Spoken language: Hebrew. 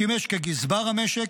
שימש כגזבר המשק,